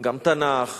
גם תנ"ך,